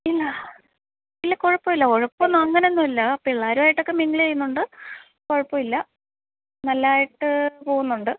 ഇല്ല ഇല്ല കുഴപ്പമില്ല ഉഴപ്പൊന്നും അങ്ങനൊന്നുമല്ല പിള്ളാരുമായിട്ടൊക്കെ മിങ്കിള് ചെയ്യുന്നുണ്ട് കുഴപ്പമില്ല നല്ലതായിട്ട് പോകുന്നുണ്ട്